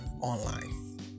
online